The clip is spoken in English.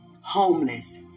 homeless